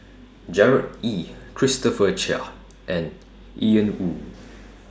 Gerard Ee Christopher Chia and Ian Woo